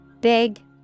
Big